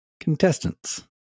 contestants